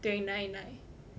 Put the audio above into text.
对 nine nine